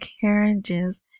carriages